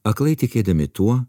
aklai tikėdami tuo